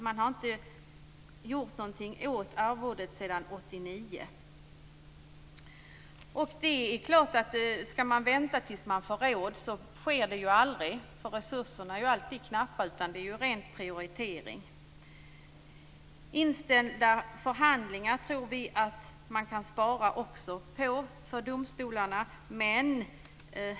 Man har inte gjort något åt arvodet sedan 1989. Skall man vänta tills man får råd att genomföra en höjning så sker det aldrig, eftersom resurserna alltid är knappa. Det handlar här om en ren prioritering. Vi tror också att domstolarna kan spara på kostnader i samband med inställda förhandlingar.